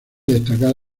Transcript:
destacar